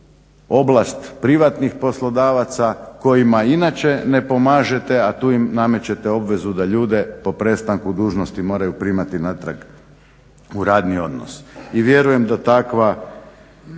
oblast privatnih poslodavaca kojima inače ne pomažete a tu im namećete obvezu da ljude po prestanku dužnosti moraju primati natrag u radni odnos.